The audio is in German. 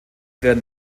werden